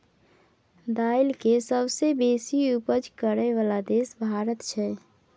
दाइल के सबसे बेशी उपज करइ बला देश भारत छइ